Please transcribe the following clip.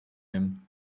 him